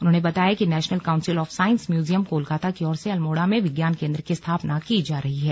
उन्होंने बताया कि national council of science museum Kolkata की ओर से अल्मोड़ा में विज्ञान केंद्र की स्थापना की जा रही है